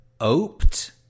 opt